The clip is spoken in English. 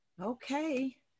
Okay